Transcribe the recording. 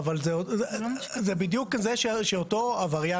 אבל אתם מתייגים אותו עכשיו אוטומטית